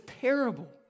terrible